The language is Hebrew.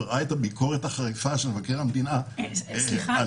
ראה שדוחות מבקר המדינה עמדו על כך,